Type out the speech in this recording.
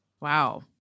Wow